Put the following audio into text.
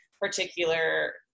particular